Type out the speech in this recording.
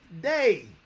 day